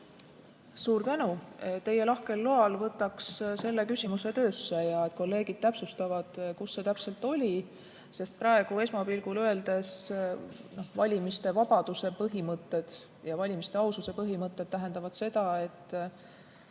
Suur tänu! Teie lahkel loal võtaks selle küsimuse töösse ja kolleegid täpsustavad, kus see täpselt oli. Esmapilgul öeldes valimiste vabaduse põhimõtted ja valimiste aususe põhimõtted tähendavad seda, et